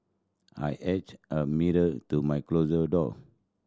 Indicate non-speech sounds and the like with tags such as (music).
I (unintelligible) a mirror to my closet door